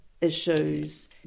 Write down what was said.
issues